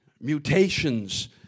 Mutations